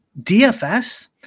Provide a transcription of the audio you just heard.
DFS